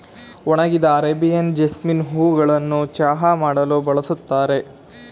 ಒಣಗಿದ Arabian jasmine ಹೂಗಳನ್ನು ಚಹಾ ಮಾಡಲು ಬಳ್ಸತ್ತರೆ